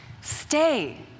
Stay